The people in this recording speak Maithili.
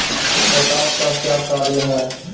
पोटास का क्या कार्य हैं?